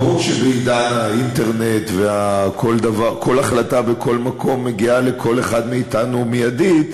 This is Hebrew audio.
ברור שבעידן האינטרנט כל החלטה בכל מקום מגיעה לכל אחד מאתנו מיידית,